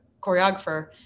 choreographer